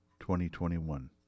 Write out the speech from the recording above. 2021